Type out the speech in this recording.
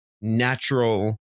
natural